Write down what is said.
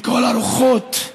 לכל הרוחות?